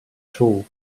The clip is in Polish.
czuł